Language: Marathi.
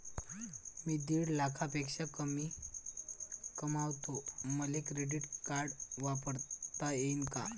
मी दीड लाखापेक्षा कमी कमवतो, मले क्रेडिट कार्ड वापरता येईन का?